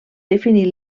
definir